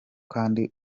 kandi